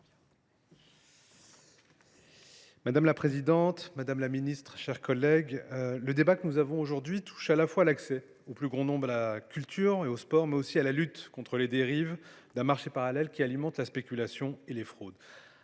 Madame la présidente, madame la ministre, mes chers collègues, le débat que nous avons aujourd’hui porte à la fois sur l’accès du plus grand nombre à la culture et au sport et sur la lutte contre les dérives d’un marché parallèle, qui alimente la spéculation et les fraudes.